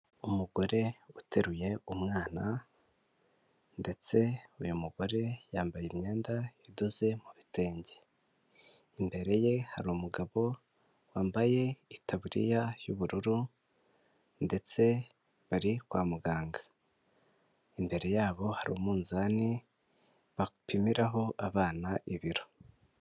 Umugore uteruye umwana ndetse uyu mugore yambaye imyenda idoze mu bitenge, imbere ye hari umugabo wambaye itaburiya y'ubururu ndetse bari kwa muganga, imbere yabo hari umunzani bapimiraho abana ibiro.